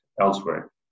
elsewhere